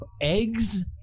eggs